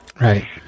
Right